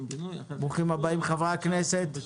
הבאים חברי הכנסת.